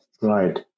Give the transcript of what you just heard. Right